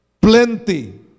plenty